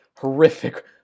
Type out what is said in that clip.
horrific